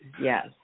yes